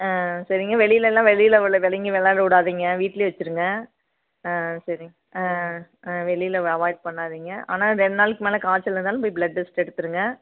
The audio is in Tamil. ஆ சரிங்க வெளியில் எல்லாம் வெளியில் உள்ள வெளிங்க விளாட விடாதிங்க வீட்டில் வச்சிருங்க ஆ சரி ஆ ஆ வெளியில் வ அவாய்ட் பண்ணாதீங்க ஆனால் ரெண்டு நாள்க்கு மேல காய்ச்சல் இருந்தாலும் போய் பிளட் டெஸ்ட் எடுத்துடுங்க